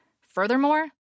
Furthermore